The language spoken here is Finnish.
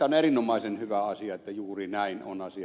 on erinomaisen hyvä asia että juuri näin on asia